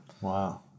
Wow